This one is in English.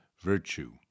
virtue